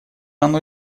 оно